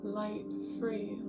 light-free